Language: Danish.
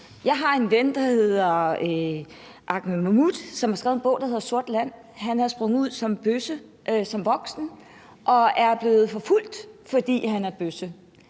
Jeg har en ven, der hedder Ahmad Mahmoud, som har skrevet en bog, der hedder »Sort land«. Han er sprunget ud som bøsse som voksen og er blevet forfulgt, fordi han er bøsse.